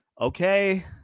okay